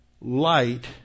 light